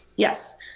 Yes